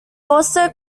also